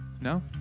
No